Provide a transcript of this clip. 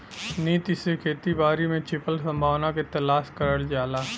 नीति से खेती बारी में छिपल संभावना के तलाश करल जाला